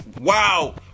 wow